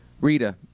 Rita